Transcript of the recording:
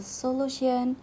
solution